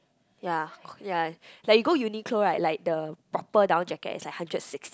ya ya like you go Uniqlo right like the proper down jacket is like hundred sixty